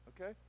okay